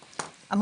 אבות.